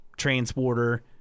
transporter